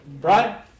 right